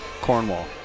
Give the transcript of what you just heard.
Cornwall